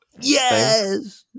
Yes